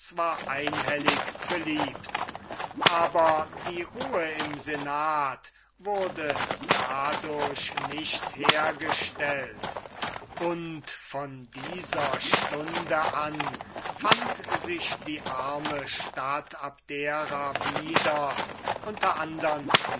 zwar einhellig beliebt aber die ruhe im senat wurde dadurch nicht hergestellt und von dieser stunde an fand sich die arme stadt abdera wieder unter andern